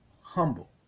Humble